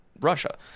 Russia